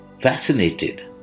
fascinated